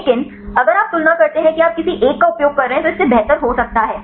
लेकिन अगर आप तुलना करते हैं कि आप किसी एक का उपयोग कर रहे हैं तो इससे बेहतर हो सकता है